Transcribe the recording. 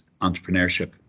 entrepreneurship